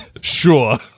Sure